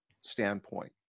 standpoint